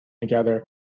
together